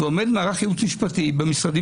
עומד מערך הייעוץ המשפטי במשרדים